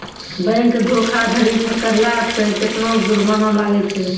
Bank धोखाधड़ी करला पे केतना जुरमाना लागै छै?